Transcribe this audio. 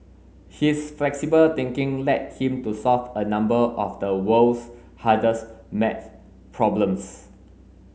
his flexible thinking led him to solve a number of the world's hardest maths problems